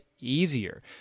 easier